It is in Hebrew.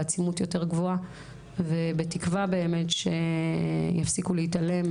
בעצימות יותר גבוהה ובתקווה באמת שיפסיקו להתעלם,